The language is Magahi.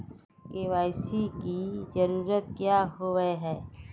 के.वाई.सी की जरूरत क्याँ होय है?